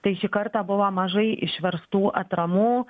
tai šį kartą buvo mažai išverstų atramų